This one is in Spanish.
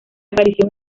aparición